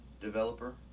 developer